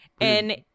and-